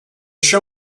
show